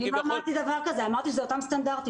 אני לא אמרתי דבר כזה, אמרתי שזה אותם סטנדרטים.